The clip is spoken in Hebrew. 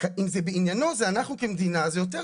אם זה בעניינו, זה אנחנו כמדינה, זה יותר